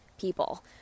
people